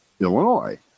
Illinois